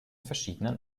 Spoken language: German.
verschiedenen